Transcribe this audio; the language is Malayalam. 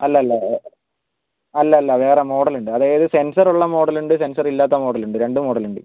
അല്ലല്ല അല്ലല്ല വേറെ മോഡലുണ്ട് അതായത് സെൻസറുള്ള മോഡലുണ്ട് സെൻസറില്ലാത്ത മോഡലുണ്ട് രണ്ട് മോഡലുണ്ട്